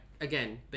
again